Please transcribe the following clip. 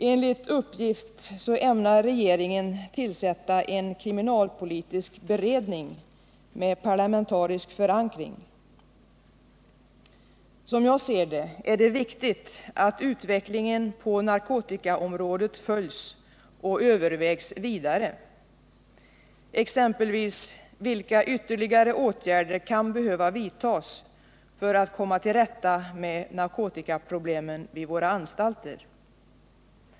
Enligt uppgift ämnar regeringen tillsätta en TA Nr 46 kriminalpolitisk beredning med parlamentarisk förankring. Som jag ser det är Måndagen den det viktigt att utvecklingen på narkotikaområdet följs och övervägs vidare. 4 december 1978 Exempelvis bör man utreda vilka ytterligare åtgärder som kan behöva vidtas för att man skall komma till rätta med narkotikaproblemen vid våra anstalter.